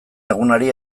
egunari